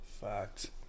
fact